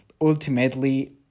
ultimately